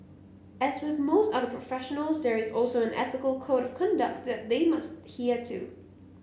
as with most other professionals there is also an ethical code of conduct that they must adhere to